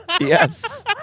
yes